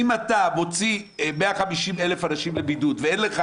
אם אתה מוציא 150,000 אנשים לבידוד ואין לך